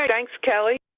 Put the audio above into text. um thanks, kelly.